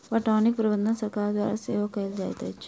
पटौनीक प्रबंध सरकार द्वारा सेहो कयल जाइत अछि